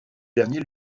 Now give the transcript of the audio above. dernier